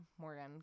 Morgan